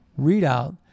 readout